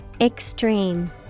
Extreme